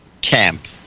camp